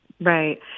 Right